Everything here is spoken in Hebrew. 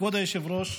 כבוד היושב-ראש,